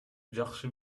жакшы